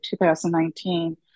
2019